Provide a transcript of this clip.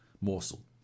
morsel